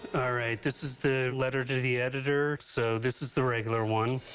right, this is the letter to the editor. so this is the regular one.